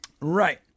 Right